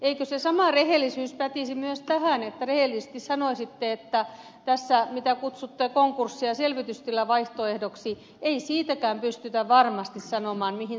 eikö se sama rehellisyys pätisi myös tähän että rehellisesti sanoisitte ettei tästäkään mitä kutsutte konkurssi ja selvitystilavaihtoehdoksi pystytä varmasti sanomaan mihin se johtaa